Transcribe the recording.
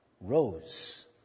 rose